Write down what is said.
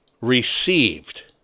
received